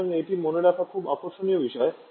সুতরাং এটি মনে রাখা খুব আকর্ষণীয় বিষয়